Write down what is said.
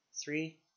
three